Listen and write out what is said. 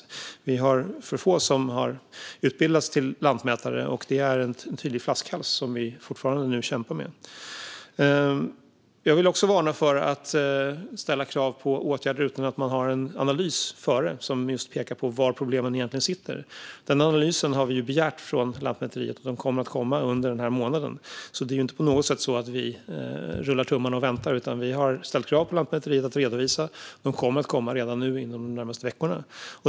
Det finns för få personer som har utbildats till lantmätare, och det är en tydlig flaskhals som vi fortfarande kämpar med. Jag vill också varna för att ställa krav på åtgärder utan att först ha en analys som pekar på var problemen egentligen finns. En sådan analys har vi begärt från Lantmäteriet, och den kommer att komma under denna månad. Vi rullar alltså inte tummarna och väntar, utan vi har ställt krav på Lantmäteriet om en redovisning. Den kommer inom de närmaste veckorna.